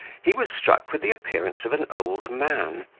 he was struck with the appearance of an old man,